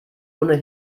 ohne